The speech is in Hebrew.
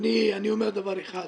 אני אומר דבר אחד,